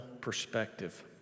perspective